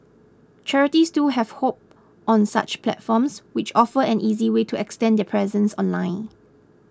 charities too have hopped on such platforms which offer an easy way to extend their presence online